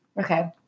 okay